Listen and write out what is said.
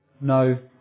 No